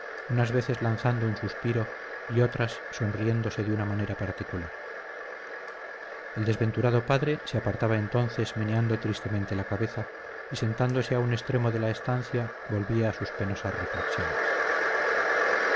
unas veces lanzando un suspiro y otras sonriéndose de una manera particular el desventurado padre se apartaba entonces meneando tristemente la cabeza y sentándose a un extremo de la estancia volvía a sus penosas reflexiones